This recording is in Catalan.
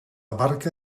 barca